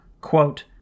Quote